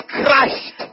crushed